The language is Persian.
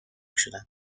شدم